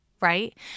right